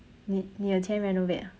你你有钱 renovate ah